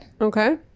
Okay